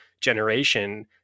generation